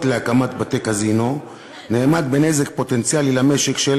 להקמת בתי-קזינו נאמד בנזק פוטנציאלי למשק של